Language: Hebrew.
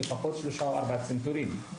לפחות שלושה-ארבעה צנתורים.